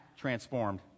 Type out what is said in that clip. transformed